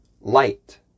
light